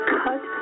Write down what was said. cut